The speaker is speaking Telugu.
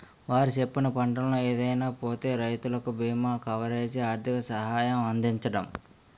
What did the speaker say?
వారు చెప్పిన పంటల్లో ఏదైనా పోతే రైతులకు బీమా కవరేజీ, ఆర్థిక సహాయం అందించడం